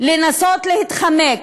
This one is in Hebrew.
לנסות להתחמק.